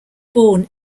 born